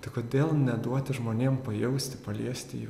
tai kodėl neduoti žmonėm pajausti paliesti jų